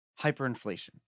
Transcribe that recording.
hyperinflation